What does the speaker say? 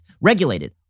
regulated